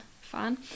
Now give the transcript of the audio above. fan